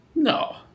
No